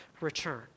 return